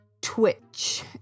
twitch